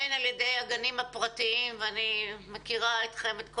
הן על ידי הגנים הפרטיים ואני מכירה את כל